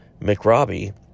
McRobbie